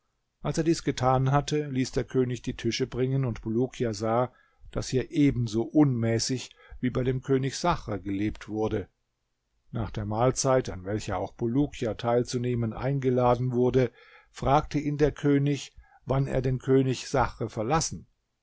als er dies getan hatte ließ der könig die tische bringen und bulukia sah daß hier ebenso unmäßig wie bei dem könig sachr gelebt wurde nach der mahlzeit an welcher auch bulukia teilzunehmen eingeladen wurde fragte ihn der könig wann er den könig sachr verlassen